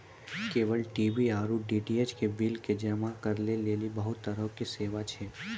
cable TV आरु D T H के बिलो के जमा करै लेली बहुते तरहो के सेवा छै